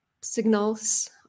signals